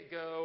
go